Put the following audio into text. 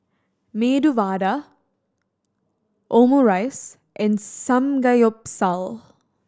Medu Vada Omurice and Samgeyopsal